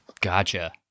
Gotcha